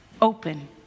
open